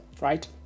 right